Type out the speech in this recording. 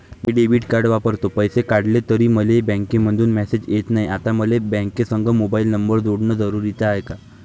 मी debit card वापरतो, पैसे काढले तरी मले बँकेमंधून मेसेज येत नाय, आता मले बँकेसंग मोबाईल नंबर जोडन जरुरीच हाय का?